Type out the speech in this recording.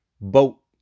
boat